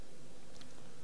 ופרי?